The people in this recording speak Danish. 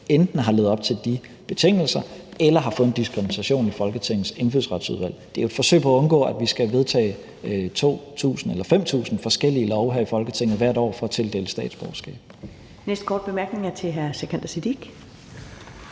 enten har levet op til de betingelser eller har fået en dispensation i Folketingets Indfødsretsudvalg. Det er jo et forsøg på at undgå, at vi hvert år skal vedtage 2.000 eller 5.000 forskellige lovforslag her i Folketinget for at tildele statsborgerskab. Kl. 11:36 Første næstformand (Karen